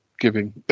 giving